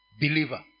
believer